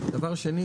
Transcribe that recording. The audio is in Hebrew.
דבר שני,